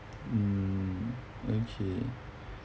mm okay